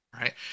Right